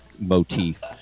Motif